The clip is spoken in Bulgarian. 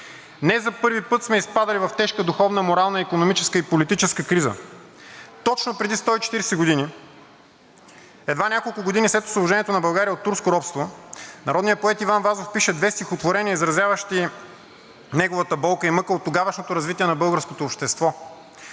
Не за първи път сме изпадали в тежка духовна, морална, икономическа и политическа криза. Точно преди 140 години, едва няколко години след Освобождението на България от турско робство, народният поет Иван Вазов пише две стихотворения, изразяващи неговата болка и мъка от тогавашното развитие на българското общество.